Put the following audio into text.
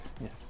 yes